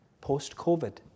post-COVID